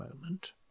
moment